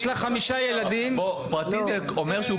יש לה חמישה ילדים --- פרטי זה אומר שהוא